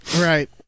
Right